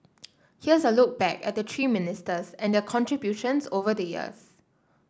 here's a look back at the three ministers and their contributions over the years